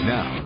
Now